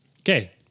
Okay